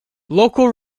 local